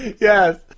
Yes